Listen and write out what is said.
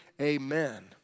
amen